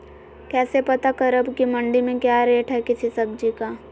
कैसे पता करब की मंडी में क्या रेट है किसी सब्जी का?